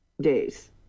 days